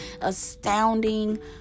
astounding